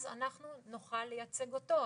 אז נוכל לייצג אותו.